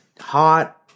hot